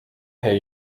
herr